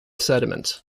sediment